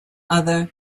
other